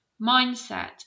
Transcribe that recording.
mindset